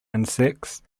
insects